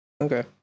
Okay